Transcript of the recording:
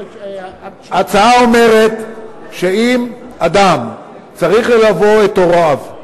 ההצעה אומרת שאם אדם צריך ללוות את הוריו,